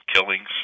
killings